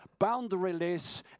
boundaryless